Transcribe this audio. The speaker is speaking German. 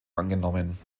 angenommen